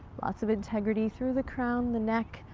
lots of integrity through the crown, the neck,